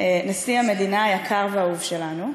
נשיא המדינה היקר והאהוב שלנו.